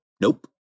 Nope